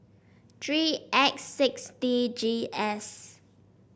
three X six D G S